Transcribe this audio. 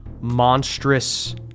monstrous